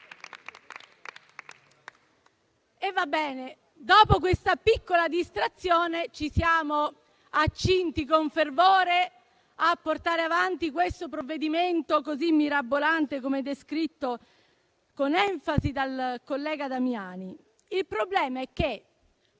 Dopo questa piccola distrazione ci siamo accinti con fervore a portare avanti questo provvedimento così mirabolante, come descritto con enfasi dal collega Damiani. Il problema è che